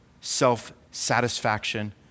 self-satisfaction